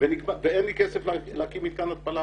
ואין לי כסף להקים מתקן התפלה.